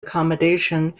accommodation